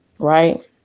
Right